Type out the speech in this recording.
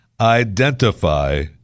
identify